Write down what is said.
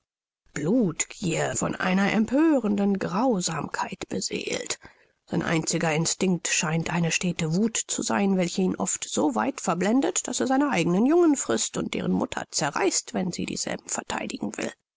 blutgier von einer empörenden grausamkeit beseelt sein einziger instinkt scheint eine stete wuth zu sein welche ihn oft so weit verblendet daß er seine eigenen jungen frißt und deren mutter zerreißt wenn sie dieselben vertheidigen will